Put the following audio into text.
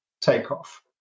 takeoff